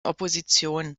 opposition